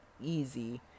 easy